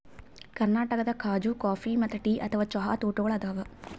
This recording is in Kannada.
ಕರ್ನಾಟಕದಾಗ್ ಖಾಜೂ ಕಾಫಿ ಮತ್ತ್ ಟೀ ಅಥವಾ ಚಹಾ ತೋಟಗೋಳ್ ಅದಾವ